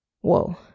Whoa